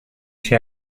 się